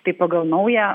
tai pagal naują